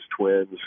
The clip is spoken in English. Twins